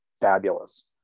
fabulous